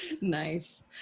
Nice